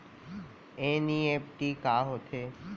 NEFT का होथे?